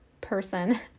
person